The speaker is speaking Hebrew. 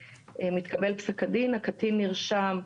מתקבל פסק הדין, הקטין נרשם.